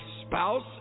spouse